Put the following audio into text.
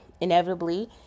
inevitably